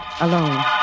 alone